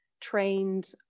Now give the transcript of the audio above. trained